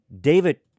David